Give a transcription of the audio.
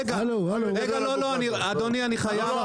רגע, לא, לא, אדוני, אני חייב.